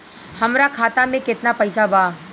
हमरा खाता मे केतना पैसा बा?